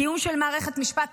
הקיום של מערכת משפט